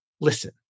listen